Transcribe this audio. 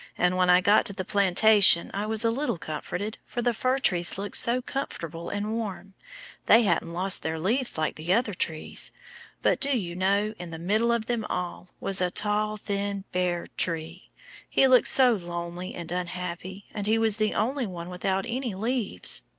and when i got to the plantation i was a little comforted, for the fir-trees looked so comfortable and warm they hadn't lost their leaves like the other trees but do you know, in the middle of them all was a tall, thin, bare tree he looked so lonely and unhappy, and he was the only one without any leaves.